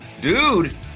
Dude